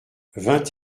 vingt